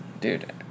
Dude